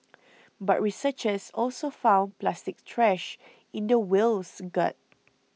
but researchers also found plastic trash in the whale's gut